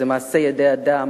שהרי מדובר במעשה ידי אדם,